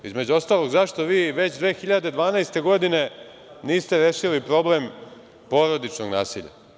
Između ostalog, zašto vi već 2012. godine niste rešili problem porodičnog nasilja?